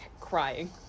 crying